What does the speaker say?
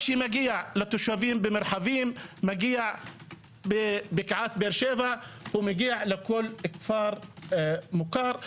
מה שמגיע לתושבים במרחבים מגיע בבקעת באר שבע ומגיע לכל כפר מוכר.